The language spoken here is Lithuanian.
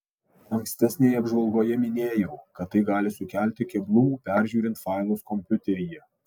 ankstesnėje apžvalgoje minėjau kad tai gali sukelti keblumų peržiūrint failus kompiuteryje